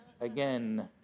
again